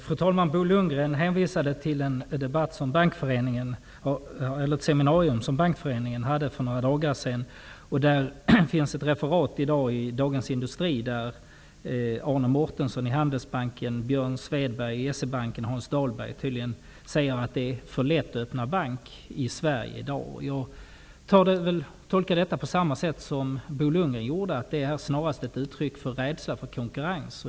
Fru talman! Bo Lundgren hänvisade till ett seminarium som Bankföreningen anordnade för några dagar sedan. Därifrån finns i dag ett referat i Hans Dahlberg tydligen säger att det är för lätt att öppna bank i Sverige i dag. Jag tolkar detta på samma sätt som Bo Lundgren gjorde. Det är snarast ett uttryck för en rädsla för konkurrens.